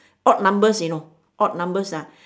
odd numbers you know odd numbers ah